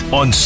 on